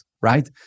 right